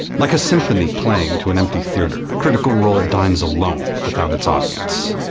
like a symphony playing to an empty theater, critical role dines alone without its audience.